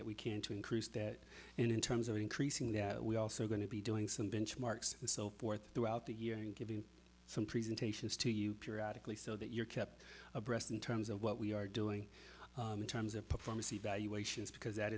that we can to increase that and in terms of increasing that we also are going to be doing some benchmarks and so forth throughout the year and give you some presentations to you periodically so that you're kept abreast in terms of what we are doing in terms of performance evaluations because that